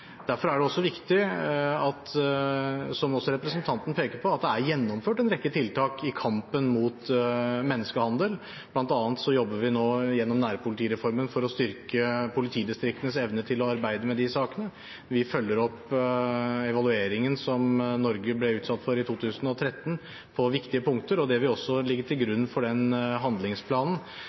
Derfor er det viktig, som også representanten peker på, at det er gjennomført en rekke tiltak i kampen mot menneskehandel, bl.a. jobber vi nå, gjennom nærpolitireformen, for å styrke politidistriktenes evne til å arbeide med disse sakene. Vi følger opp evalueringen som Norge ble utsatt for i 2013, på viktige punkter. Dette vil også ligge til grunn for den handlingsplanen